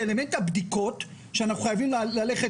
זה אלמנט הבדיקות שאנחנו חייבים ללכת